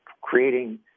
creating